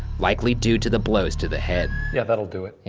likely due to the blows to the head. yeah, that'll do it.